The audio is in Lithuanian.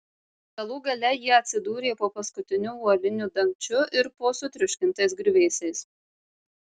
galų gale jie atsidūrė po paskutiniu uoliniu dangčiu ir po sutriuškintais griuvėsiais